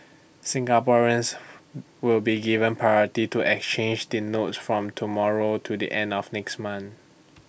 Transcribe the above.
Singaporeans will be given priority to exchange the notes from tomorrow to the end of next month